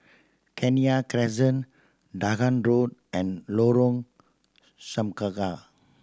Kenya Crescent Dahan Road and Lorong Semangka